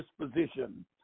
disposition